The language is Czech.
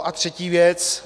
A třetí věc.